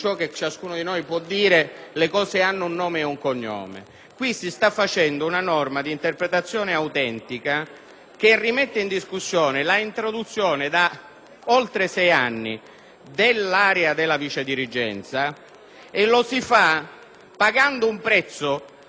Qui si sta trattando una norma di interpretazione autentica che rimette in discussione l'introduzione, da oltre sei anni, dell'area della vicedirigenza e lo si fa pagando un prezzo alle organizzazioni sindacali per non far uscire